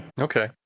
Okay